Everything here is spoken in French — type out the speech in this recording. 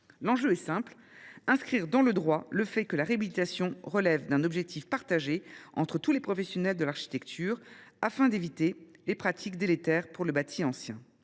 L’enjeu est simple : inscrire dans le droit le fait que la réhabilitation relève d’un objectif partagé par tous les professionnels de l’architecture, afin d’éviter les pratiques délétères pour le bâti ancien.